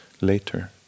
later